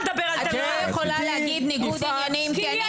את לא יכולה להגיד ניגוד עניינים כי אני